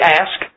ask